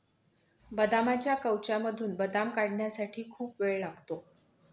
बदामाच्या कवचामधून बदाम काढण्यासाठी खूप वेळ लागतो